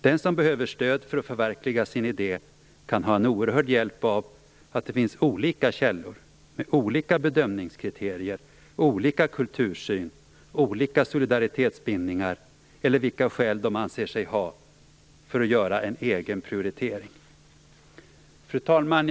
Den som behöver stöd för att förverkliga sin idé kan ha en oerhörd hjälp av att det finns olika källor, med olika bedömningskriterier och olika kultursyn, olika solidaritetsbindningar eller vilka skäl de anser sig ha för att göra en egen prioritering. Fru talman!